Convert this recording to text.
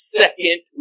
second